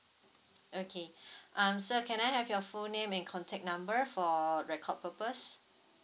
okay um sir can I have your full name and contact number for record purpose